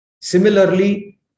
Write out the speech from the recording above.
similarly